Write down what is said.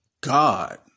god